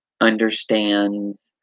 understands